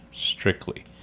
strictly